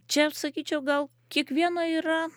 čia aš sakyčiau gal kiekvieno yra